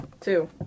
Two